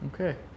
Okay